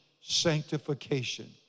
Sanctification